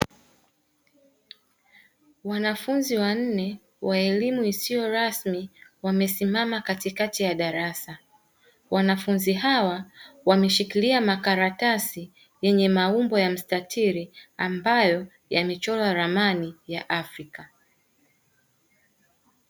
Wanaafuzi wanne wa elimmu isio rasmi wamesimama katikati ya darasa, wanafunzi hawa wameshikilia makaratasi yenye maumbo ya mstatiri ambayo yamechorwa ramani ya Afrika.